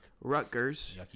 Rutgers